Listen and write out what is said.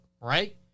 right